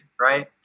Right